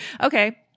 Okay